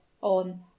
on